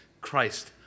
Christ